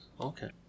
Okay